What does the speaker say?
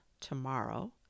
tomorrow